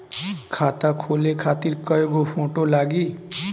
खाता खोले खातिर कय गो फोटो लागी?